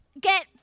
get